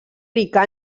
rica